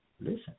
Listen